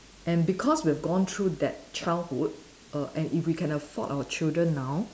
and because we have gone through that childhood err and if we can afford our children now